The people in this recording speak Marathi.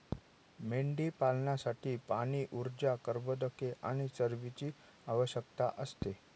मेंढीपालनासाठी पाणी, ऊर्जा, कर्बोदके आणि चरबीची आवश्यकता असते